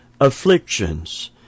afflictions